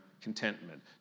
contentment